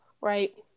right